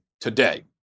today